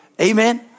Amen